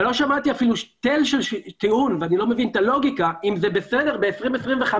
אם זה בסדר ב-2025,